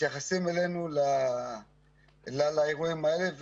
ומתייחסים אלינו, לאירועים האלה.